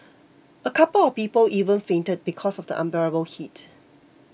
a couple of people even fainted because of the unbearable heat